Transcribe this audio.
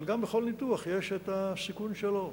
אבל גם בכל ניתוח יש הסיכון שלו.